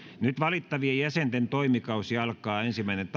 nyt valittavien jäsenten toimikausi alkaa ensimmäinen